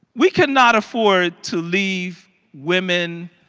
we cannot afford to leave women,